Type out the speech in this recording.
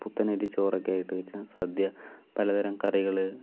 പുത്തനരി ചോറൊക്കെയായിട്ട് വെയ്ക്കുന്ന സദ്യ പലതരം കറികൾ